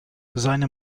seine